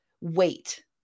wait